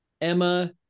Emma